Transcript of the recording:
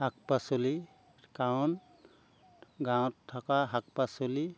শাক পাচলি কাৰণ গাঁৱত থকা শাক পাচলি